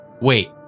Wait